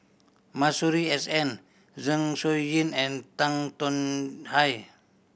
Masuri S N Zeng Shouyin and Tan Tong Hye